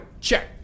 check